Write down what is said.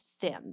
thin